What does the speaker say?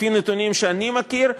לפי נתונים שאני מכיר,